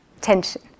tension